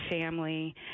family